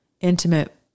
intimate